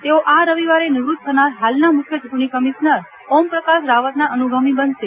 તેઓ આ રવિવારે નિવૃત થનાર હાલના મુખ્ય ચુંટણી કમિશ્નર ઓમ પ્રકાશ રાવતના અનુગામી બનશે